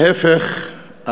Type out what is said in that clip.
להפך,